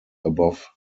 above